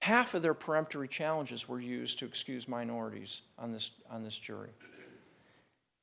half of their peremptory challenges were used to excuse minorities on this on this jury